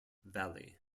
valley